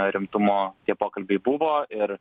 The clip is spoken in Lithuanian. rimtumo tie pokalbiai buvo ir